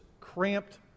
cramped